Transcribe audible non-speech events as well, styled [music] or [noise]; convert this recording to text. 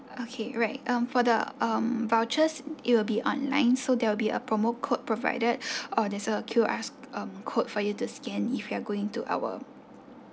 okay right um for the um vouchers it will be online so there will be a promo code provided [breath] or there's a Q_Rs um code for you to scan if you are going to our